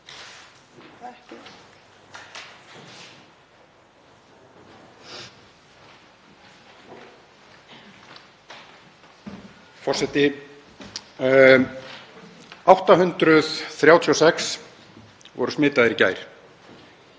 Forseti. 836 voru smitaðir í gær.